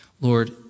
Lord